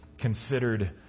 considered